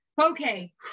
okay